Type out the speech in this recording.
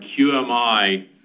QMI